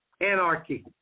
Anarchy